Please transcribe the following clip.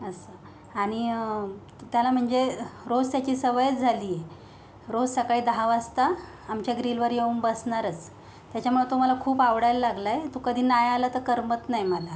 असं आणि त्याला म्हणजे रोज त्याची सवयच झाली आहे रोज सकाळी दहा वाजता आमच्या ग्रीलवर येऊन बसणारच त्याच्यामुळे तो मला खूप आवडायला लागलाय तो कधी नाही आला तर करमत नाही मला